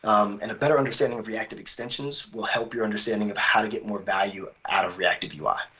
and a better understanding of reactive extensions will help your understanding of how to get more value out of reactiveui.